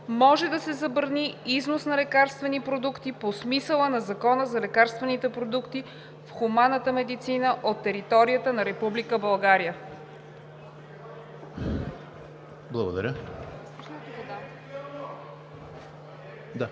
може да се забрани износ на лекарствени продукти по смисъла на Закона за лекарствените продукти в хуманната медицина от територията на Република България“.